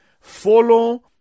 follow